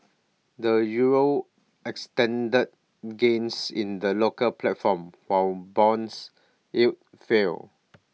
the euro extended gains in the local platform while bonds yields fell